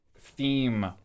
theme